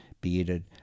bearded